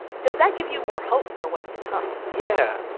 does that give you more hope for what's to come? yeah,